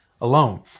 alone